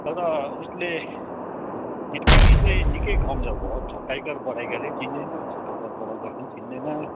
तर उसले नेपाली चाहिँ निकै कमजोड भयो हौ छोटाइकार बडाइकारै चिन्दैन छोटाउकार बडाउकार पनि चिन्दैन